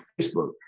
Facebook